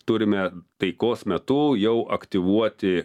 turime taikos metu jau aktyvuoti